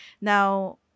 Now